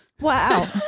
Wow